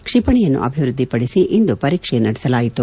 ಕ್ಷಿಪಣಿಯನ್ನು ಅಭಿವ್ಯದ್ವಿಪಡಿಸಿ ಇಂದು ಪರೀಕ್ಷೆ ನಡೆಸಲಾಯಿತು